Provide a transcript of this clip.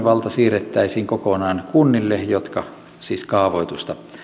poikkeamistoimivalta siirrettäisiin kokonaan kunnille jotka siis kaavoitusta